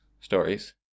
stories